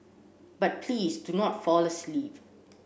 but please do not fall asleep